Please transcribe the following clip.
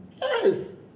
Yes